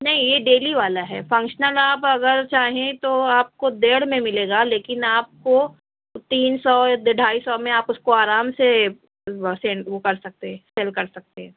نہیں یہ ڈیلی والا ہے فنکشنل اگر آپ چاہیں تو آپ کو دیڑھ میں ملے گا لیکن آپ کو تین سو ڈھائی میں آپ اس کو آرام سے وہ وہ کر سکتے ہیں سیل کر سکتے ہیں